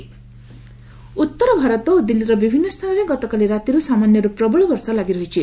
weather ଉତ୍ତର ଭାରତ ଓ ଦିଲ୍ଲୀର ବିଭିନ୍ନ ସ୍ଥାନରେ ଗତକାଲି ରାତିରୁ ସାମାନ୍ୟରୁ ପ୍ରବଳ ବର୍ଷା ଲାଗି ରହିଛି